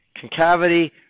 concavity